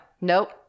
Nope